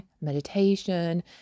meditation